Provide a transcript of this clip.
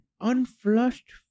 Unflushed